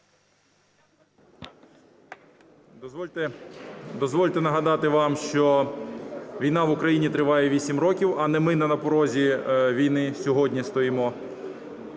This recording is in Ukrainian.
Дозвольте нагадати вам, що війна в Україні триває 8 років, а не ми на порозі війни сьогодні стоїмо.